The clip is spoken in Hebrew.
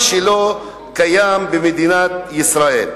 מה שלא קיים במדינת ישראל.